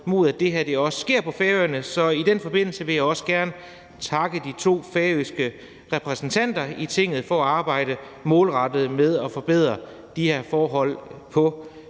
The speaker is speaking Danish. mod, at det her også sker på Færøerne. Så i den forbindelse vil jeg også gerne takke de to færøske repræsentanter i Tinget for at arbejde målrettet med at forbedre de her forhold på